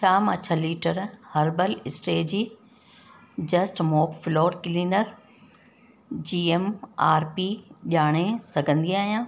छा मां छह litre herbal strategy just mop floor cleaner जी एम आर पी ॼाणे सघंदी आहियां